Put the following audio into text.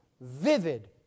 vivid